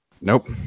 nope